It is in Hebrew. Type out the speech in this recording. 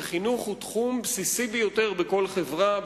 וחינוך הוא תחום בסיסי ביותר בכל חברה,